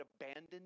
abandoned